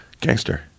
Gangster